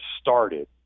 started